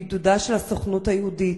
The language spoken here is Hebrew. בעידודה של הסוכנות היהודית.